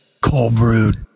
cold-brewed